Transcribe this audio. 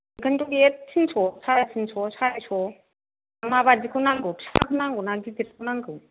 ओंखायनोथ' बे तिनस' साराय तिनस' सारिस' माबायदिखौ नांगौ फिसाखौ नांगौना गिदिरखौ नांगौ